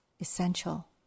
essential